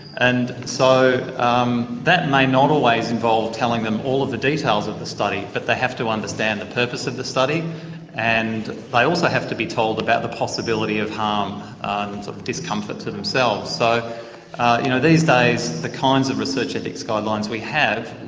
and so um that may not always involve telling them all of the details of the study but they have to understand the purpose of the study and they also have to be told about the possibility of harm or discomfort to themselves. so you know these days the kinds of research ethics guidelines we have